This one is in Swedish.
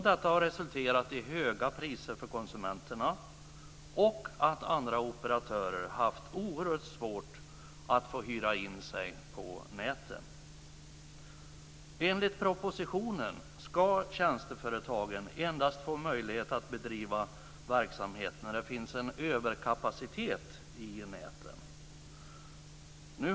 Detta har resulterat i höga priser för konsumenterna och att andra operatörer har haft oerhört svårt att få hyra in sig på näten. Enligt propositionen ska tjänsteföretagen endast få möjlighet att bedriva verksamhet när det finns en överkapacitet i näten.